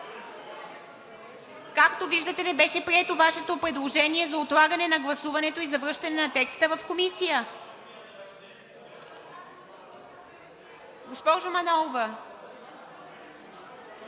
Както виждате, не беше прието Вашето предложение за отлагане на гласуването и за връщане на текста в Комисията.